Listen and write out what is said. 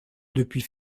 depuis